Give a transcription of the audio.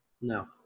No